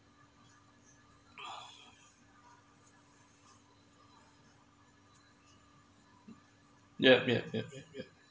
yup yup yup yup yup